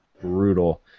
Brutal